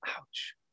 Ouch